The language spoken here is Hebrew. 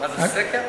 מה זה, סקר?